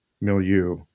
milieu